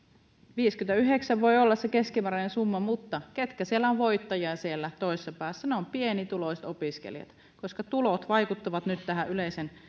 viisikymmentäyhdeksän voi olla se keskimääräinen summa mutta ketkä ovat voittajia siellä toisessa päässä ne ovat pienituloiset opiskelijat koska tulot vaikuttavat nyt tähän yleisen